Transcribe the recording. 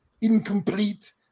incomplete